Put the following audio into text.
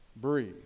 breathe